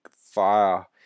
Fire